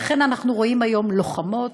לכן אנחנו רואים היום לוחמות,